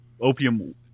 opium